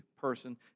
person